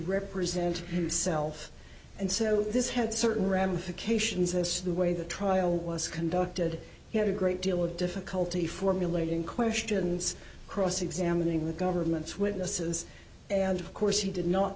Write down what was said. represent himself and so this had certain ramifications as to the way the trial was conducted he had a great deal of difficulty formulating questions cross examining the government's witnesses and of course he did not